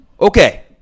Okay